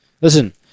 Listen